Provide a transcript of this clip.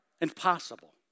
Impossible